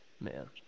Man